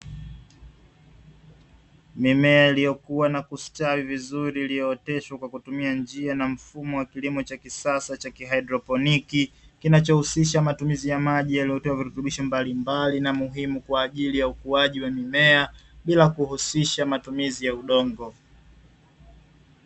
Mimea iliyokuwa na kustawi vizuri iliyooteshwa kwa kutumia njia na mfumo wa kilimo cha kisasa cha haidroponi, kinachohusisha matumizi ya maji yaliyotiwa virutubisho mbalimbali na muhimu kwa ajili ya ukuaji wa mimea, bila kuhusisha matumizi ya udongo.